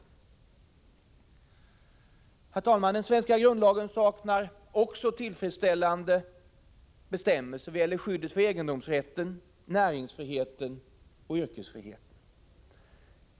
Herr talman! Den svenska grundlagen saknar också tillfredsställande bestämmelser vad gäller skyddet för egendomsrätten, näringsfriheten och yrkesfriheten.